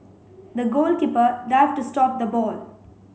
the goalkeeper dived to stop the ball